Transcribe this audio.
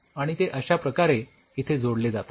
आणि ते अश्या प्रकारे इथे जोडले जातात